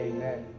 Amen